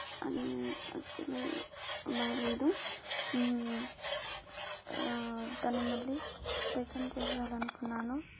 అది అస్సలు బాగాలేదు దాన్ని మళ్ళీ రిటర్న్ చేసేయాలనుకున్నాను